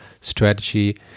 strategy